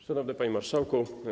Szanowny Panie Marszałku!